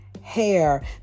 hair